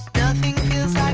nothing,